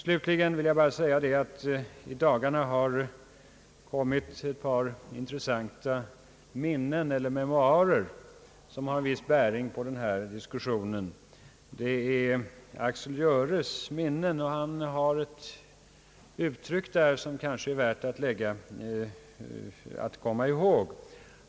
Slutligen vill jag bara säga, att i dagarna har kommit ett par intressanta memoarer, som har viss bäring på denna diskussion. Det är Axel Gjöres minnen. Han använder där ett uttryck som kanske är värt att komma ihåg.